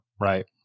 Right